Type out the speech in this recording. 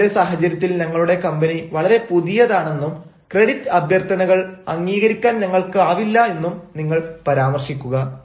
നിലവിലെ സാഹചര്യത്തിൽ ഞങ്ങളുടെ കമ്പനി വളരെ പുതിയതാണെന്നും ക്രെഡിറ്റ് അഭ്യർത്ഥനകൾ അംഗീകരിക്കാൻ ഞങ്ങൾക്കാവില്ല എന്നും നിങ്ങൾ പരാമർശിക്കുക